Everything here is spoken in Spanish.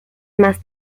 más